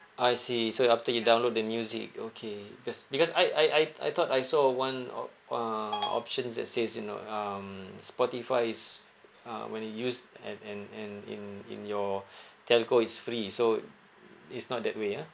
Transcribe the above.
I see so you after you download the music okay because because I I I I thought I saw one o~ uh options that says you know um spotify is uh when I use and and and in in your telco it's free so it's not that way ah